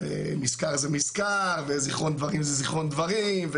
זה מסקר וזכרון דברים זה זכרון דברים,